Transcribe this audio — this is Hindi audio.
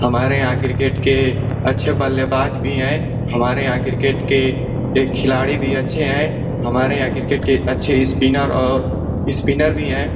हमारे यहाँ क्रिकेट के अच्छे बल्लेबाज भी हैं हमारे यहाँ क्रिकेट के ए खिलाड़ी भी अच्छे हैं हमारे यहाँ क्रिकेट के अच्छे इस्पिनर और इस्पिनर भी हैं